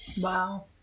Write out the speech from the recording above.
Wow